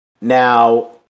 Now